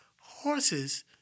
horses